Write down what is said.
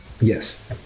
Yes